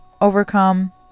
overcome